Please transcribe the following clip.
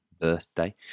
birthday